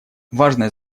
важное